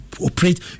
operate